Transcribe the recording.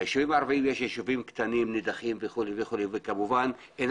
יש ישובים ערביים קטנים ונידחים וכמובן אין